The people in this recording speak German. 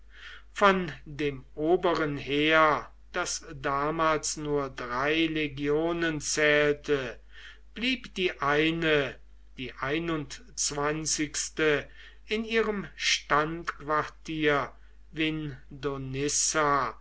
von dem oberen heer das damals nur drei legionen zählte blieb die eine die einundzwanzigste in ihrem standquartier